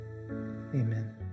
amen